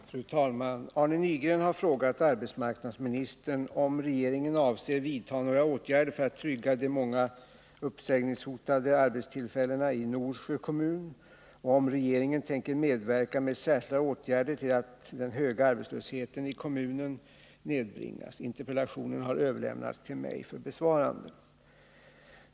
Fru talman! Arne Nygren har frågat arbetsmarknadsministern om regeringen avser vidta några åtgärder för att trygga de många uppsägningshotade arbetstillfällena i Norsjö kommun och om regeringen tänker medverka med särskilda åtgärder till att den höga arbetslösheten i kommunen nedbringas. Interpellationen har överlämnats till mig för besvarande.